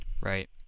right